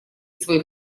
свой